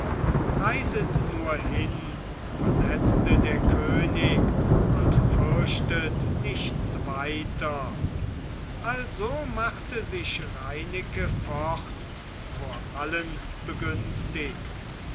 reiset nur hin versetzte der könig und fürchtet nichts weiter also machte sich reineke fort vor allen